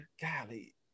golly